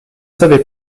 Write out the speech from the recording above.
savais